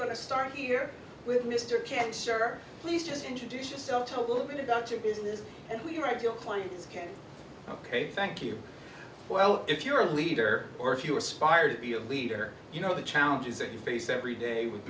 going to start here with mr cancer please just introduce yourself talk a little bit about your business and we'll read your clients can ok thank you well if you're a leader or if you aspire to be a leader you know the challenges that you face every day with